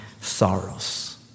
sorrows